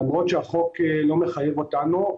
למרות שהחוק לא מחייב אותנו.